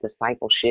discipleship